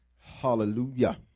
Hallelujah